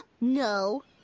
No